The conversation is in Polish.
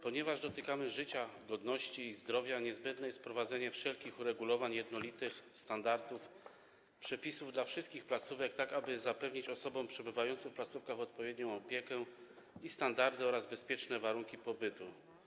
Ponieważ dotykamy życia, godności i zdrowia, niezbędne jest wprowadzenie wszelkich uregulowań, jednolitych standardów, przepisów dla wszystkich placówek, tak aby zapewnić osobom przebywającym w placówkach odpowiednią opiekę i standardy oraz bezpieczne warunki pobytu.